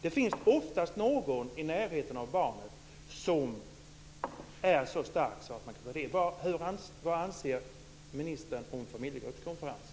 Det finns oftast någon i närheten av barnet som är så stark att man kan ta del. Vad anser ministern om familjegruppskonferenser?